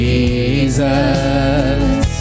Jesus